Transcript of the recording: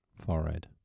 forehead